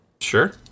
Sure